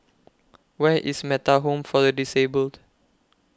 Where IS Metta Home For The Disabled